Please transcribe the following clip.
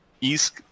East